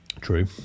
True